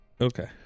Okay